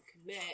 commit